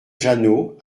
jeannot